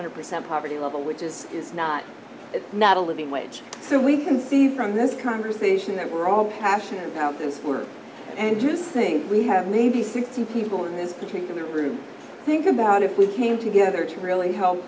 hundred percent poverty level which is it's not it's not a living wage so we can see from this conversation that we're all passionate about this work and just think we have maybe sixty people in this particular group think about if we came together to really help